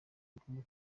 bigomba